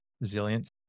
resilience